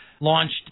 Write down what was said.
Launched